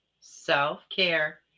self-care